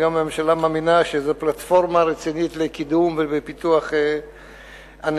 וגם הממשלה מאמינה שזה פלטפורמה רצינית לקידום ולפיתוח הנגב,